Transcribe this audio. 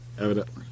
Evidently